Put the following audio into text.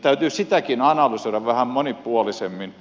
täytyy sitäkin analysoida vähän monipuolisemmin